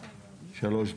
שחר,